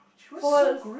for her